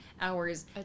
hours